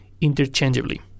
interchangeably